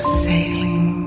sailing